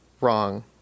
wrong